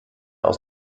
aus